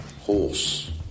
Horse